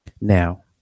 Now